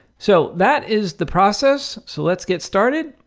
so that is the process. so let's get started.